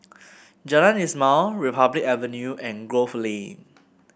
Jalan Ismail Republic Avenue and Grove Lane